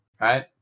right